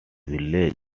village